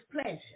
pleasure